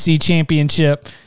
championship